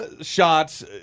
shots